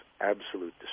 absolute